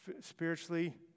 spiritually